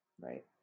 right